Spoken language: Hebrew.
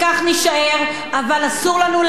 אבל אסור לנו לאבד את החמלה,